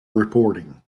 reporting